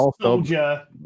Soldier